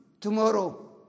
tomorrow